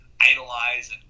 idolize